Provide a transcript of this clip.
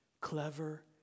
clever